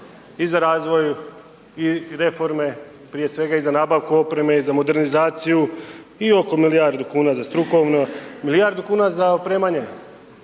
i za razvoj i reforme, prije svega i za nabavku opreme i za modernizaciju i oko milijardu kuna za strukovnu, milijardu kuna za opremanje